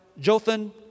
Jothan